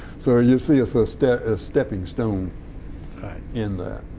so you see it's a stepping ah stepping stone in that.